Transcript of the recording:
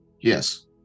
Yes